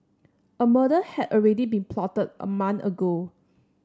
a murder had already been plotted a month ago